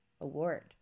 award